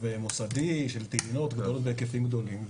מוסדי של טעינות גדולות בהיקפים גדולים,